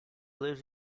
lives